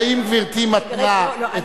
האם גברתי מתנה את